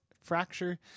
fracture